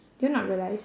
did you not realise